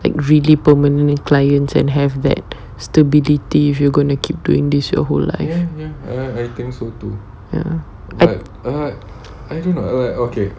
like really permanently clients and have that stupidity if you're gonna keep doing this your whole life ya I